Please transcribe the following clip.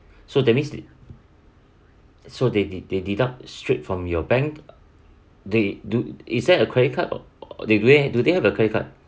so that means so they they they deduct straight from your bank they do is there a credit card or or they do they have a credit card